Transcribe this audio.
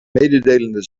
mededelende